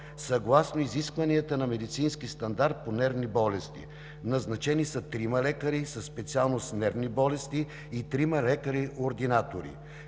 съгласно изискванията на медицински стандарт по нервни болести. Назначени са трима лекари със специалност „Нервни болести“ и трима лекари –ординатори.